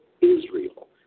Israel